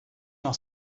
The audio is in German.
noch